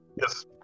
yes